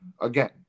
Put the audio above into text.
Again